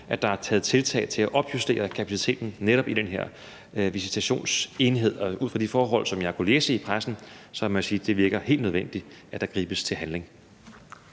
at der har været tiltag til at opjustere kapaciteten netop i den her visitationsenhed. Og ud fra de forhold, som jeg kan læse om i pressen, må jeg sige, at det virker helt nødvendigt, at der gribes til handling.